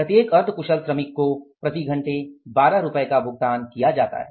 प्रत्येक अर्ध कुशल श्रमिक को प्रति घंटे 12 रुपये का भुगतान किया जाता है